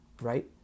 right